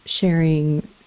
sharing